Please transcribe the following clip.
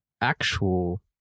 actual